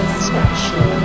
special